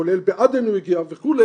כולל בעדן וכו',